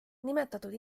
nimetatud